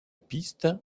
piste